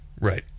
Right